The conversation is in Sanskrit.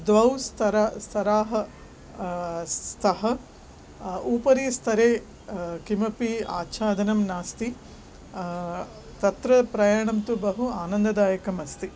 द्वौ स्तरौ स्तरौ स्तः उपरि स्तरे किमपि आच्छादनं नास्ति तत्र प्रयाणं तु बहु आनन्ददायकम् अस्ति